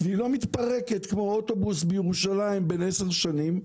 והיא לא מתפרקת כמו אוטובוס בירושלים בן 10 שנים,